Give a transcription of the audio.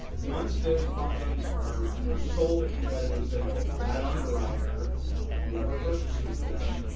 once those bonds are are sold at competitive sale, that underwriter whoever purchases them,